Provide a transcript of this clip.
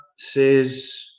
says